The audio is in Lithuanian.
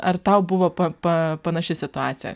ar tau buvo pa pa panaši situacija